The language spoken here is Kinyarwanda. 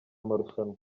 amarushanwa